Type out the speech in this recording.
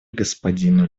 господину